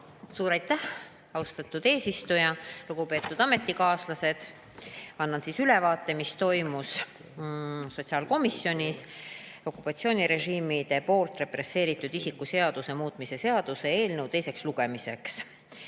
Suur aitäh, austatud eesistuja! Lugupeetud ametikaaslased! Annan ülevaate, mis toimus sotsiaalkomisjonis okupatsioonirežiimide poolt represseeritud isiku seaduse muutmise seaduse eelnõu teiseks lugemiseks